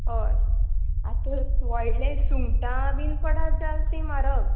हय आतां व्हडलें सुंगटां बीन पडत जाल तें म्हारग